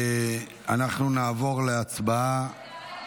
אנחנו נעבור להצבעה.